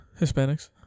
Hispanics